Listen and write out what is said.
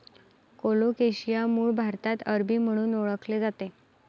colocasia मूळ भारतात अरबी म्हणून ओळखले जाते